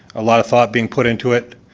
a lot of thought being put into it,